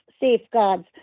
Safeguards